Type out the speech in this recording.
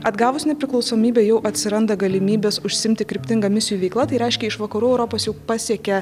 atgavus nepriklausomybę jau atsiranda galimybės užsiimti kryptinga misijų veikla tai reiškia iš vakarų europos jau pasiekia